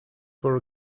for